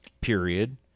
period